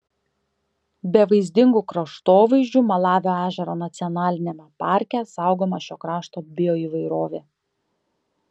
be vaizdingų kraštovaizdžių malavio ežero nacionaliniame parke saugoma šio krašto bioįvairovė